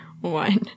one